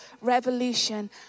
revolution